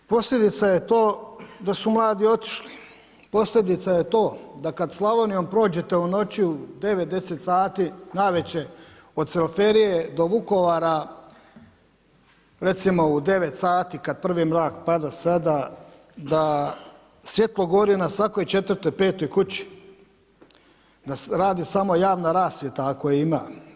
Posljedica je to da su mladi otišli, posljedica je to da kad Slavonijom prođete u noći u 9, 10 sati navečer od Cvelferije do Vukovara, recimo u 9 sati kad prvi mrak pada sada, da svjetlo gori na svakoj četvrtoj, petoj kući, da radi samo javna rasvjeta ako je ima.